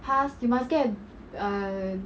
pass you must get ah